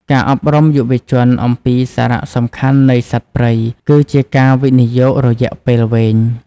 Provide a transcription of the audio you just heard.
ការអប់រំយុវជនអំពីសារៈសំខាន់នៃសត្វព្រៃគឺជាការវិនិយោគរយៈពេលវែង។